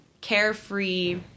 carefree